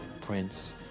Prince